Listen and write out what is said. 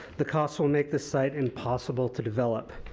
the costs will make the site impossible to develop.